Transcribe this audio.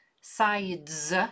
sides